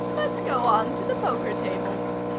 let's go on to the poker tables.